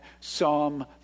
Psalm